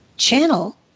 channel